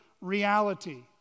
reality